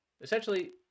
essentially